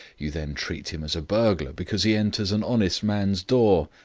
you then treat him as a burglar because he enters an honest man's door.